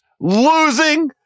losing